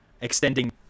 extending